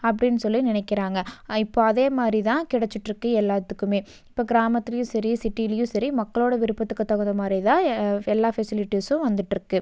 அப்படின்னு சொல்லி நினைக்கிறாங்க இப்போ அதேமாதிரி தான் கிடச்சிட்டு இருக்குது எல்லாத்துக்குமே இப்போ கிராமத்திலையும் சரி சிட்டிலையும் சரி மக்களோட விருப்பத்துக்கு தகுந்தமாதிரி தான் எல்லா ஃபெசிலிட்டிஸும் வந்துகிட்ருக்கு